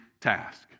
task